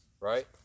Right